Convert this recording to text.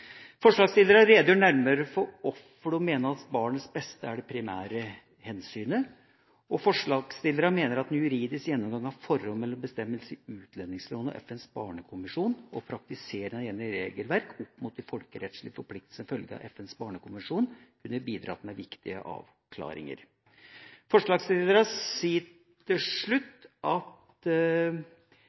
redegjør nærmere for hvorfor de mener at «barnets beste» er det primære hensynet. Forslagsstillerne mener at en juridisk gjennomgang av forholdet mellom bestemmelsene i utlendingsloven og FNs barnekonvensjon og praktiseringa av gjeldende regelverk opp mot de folkerettslige forpliktelsene som følger av FNs barnekonvensjon, kunne bidratt med viktige avklaringer. Forslagsstillerne sier til slutt at